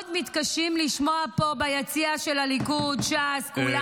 מאוד מתקשים לשמוע פה ביציע של הליכוד, ש"ס, כולם.